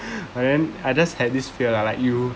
and then I just had this fear lah like you